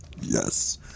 Yes